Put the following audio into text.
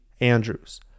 andrews